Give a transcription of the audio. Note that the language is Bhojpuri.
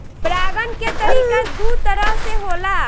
परागण के तरिका दू तरह से होला